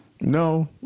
No